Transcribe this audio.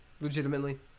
legitimately